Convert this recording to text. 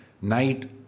night